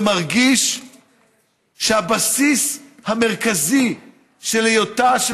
ומרגיש שהבסיס המרכזי של היותה של